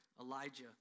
Elijah